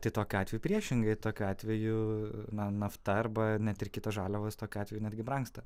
tai tokiu atveju priešingai tokiu atveju na nafta arba net ir kitos žaliavos tokiu atveju netgi brangsta